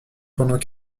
pendant